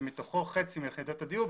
מתוכו חצי מיחידות הדיור,